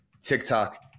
TikTok